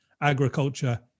agriculture